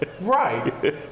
Right